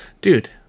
Dude